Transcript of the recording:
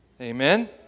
Amen